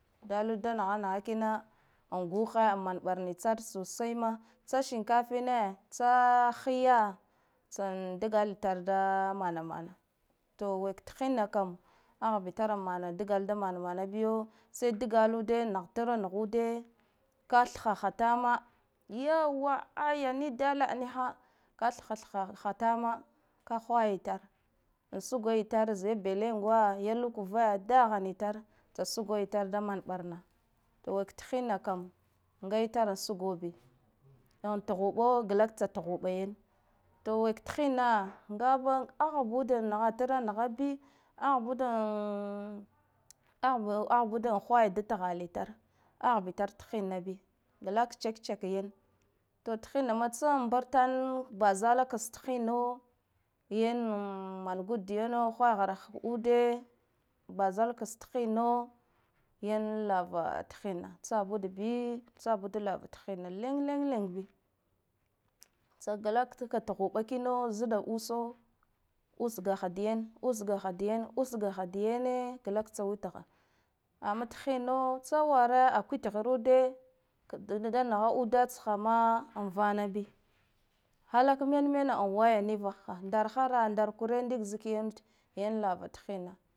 Dalud da naha naha kina an guha man ɓarna tar sosai tsa shinkafine tsa hiyya tsan dga litare da manamana. To wek thinna kam ah bitar mana dga la da mana mana biyo, sai dgalude nah tra nuhude kathhaha tama yauwa ayya ni dala niha tamma ka thha thha tama ka hwaya tare an sugo itan zi bdengwa ya lukuere dahan itar tsa sugo itar da man ɓarna wek thinn kam ga itar sugo bi an tuhu ɗo glak tsa tuhuɗ yan to wek thinna ngaba ahbude nahatra naha bi ahbude hwaya da thalitar ahbitar thinna bi, glak check-check yane to thinna ma tsam burta bzala ko thinna yana man gud dayana ude bazala ka thinno yan lava thinna tsabud bi tsa bud lava thinna leng leng leng bi, tsa glak tsuda tuhuɓa kino ziɗa usa usgahha dayan usgahha dayan usgahha dayana galak tsa wit ha amma thinno tsa wara a kwithrude kada naha uda tsho tsho ma an vana bi, halak men mena an waye niva au ndar hara ndan kure ndikzikenude yan lava thinna.